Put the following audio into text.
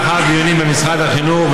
לאחר דיונים במשרד החינוך,